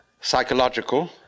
psychological